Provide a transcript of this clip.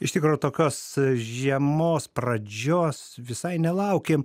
iš tikro tokios žiemos pradžios visai nelaukėm